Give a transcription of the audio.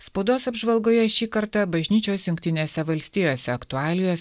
spaudos apžvalgoje šį kartą bažnyčios jungtinėse valstijose aktualijos